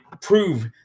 prove